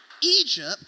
Egypt